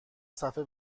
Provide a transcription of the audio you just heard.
صفحه